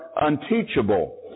unteachable